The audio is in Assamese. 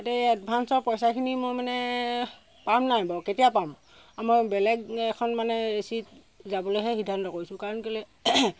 এতিয়া এই এডভাঞ্চৰ পইচাখিনি মই মানে পাম নাই বাৰু কেতিয়া পাম আৰু মই বেলেগ এখন মানে ৰিচিট যাবলৈহে সিদ্ধান্ত কৰিছোঁ কাৰণ কেলৈ